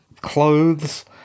clothes